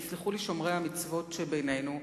יסלחו לי שומרי המצוות שבינינו,